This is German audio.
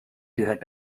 gehört